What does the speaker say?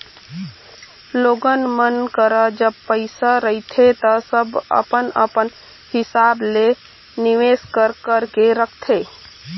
लोगन मन करा जब पइसा रहिथे ता सब अपन अपन हिसाब ले निवेस कर करके रखथे